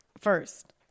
First